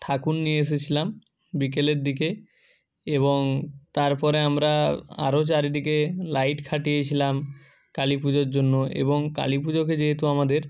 ঠাকুর নিয়ে এসেছিলাম বিকেলের দিকে এবং তারপরে আমরা আরও চারিদিকে লাইট খাটিয়েছিলাম কালী পুজোর জন্য এবং কালী পুজোকে যেহেতু আমাদের